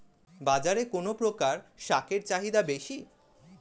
বাজারে কোন প্রকার শাকের চাহিদা বেশী?